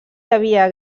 havia